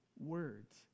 words